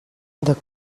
the